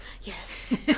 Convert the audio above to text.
Yes